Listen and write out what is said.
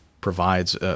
provides